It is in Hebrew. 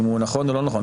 אם הוא נכון או לא נכון,